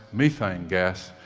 methane gas.